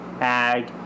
ag